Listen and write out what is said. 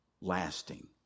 lasting